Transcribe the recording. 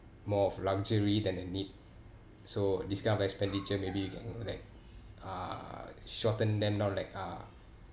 more of luxury than a need so this kind of expenditure maybe you can like uh shorten them now like uh